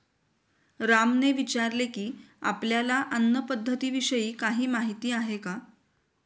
रामने विचारले की, आपल्याला अन्न पद्धतीविषयी काही माहित आहे का?